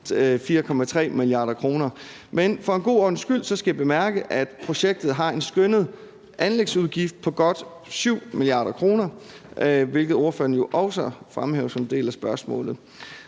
4,3 mia. kr. Men for en god ordens skyld skal jeg bemærke, at projektet har en skønnet anlægsudgift på godt 7 mia. kr., hvilket spørgeren jo også fremhæver som en del af spørgsmålet,